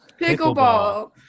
Pickleball